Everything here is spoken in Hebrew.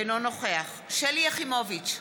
אינו נוכח שלי יחימוביץ,